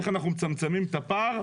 איך אנחנו מצמצמים את הפער.